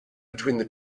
between